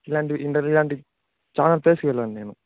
ఇలాంటివి ఇలాంటి చాలా ప్లేస్లకి వెళ్ళాను నేను